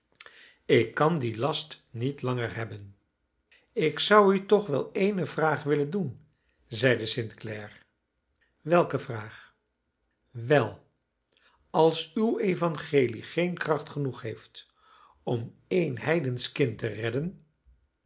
ik kan dien last niet langer hebben ik zou u toch wel ééne vraag willen doen zeide st clare welke vraag wel als uw evangelie geen kracht genoeg heeft om één heidensch kind te redden